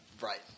Right